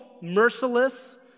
merciless